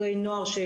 גם